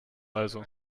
also